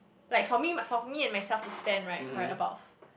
like for me for me and myself to spend right correct about